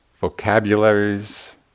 vocabularies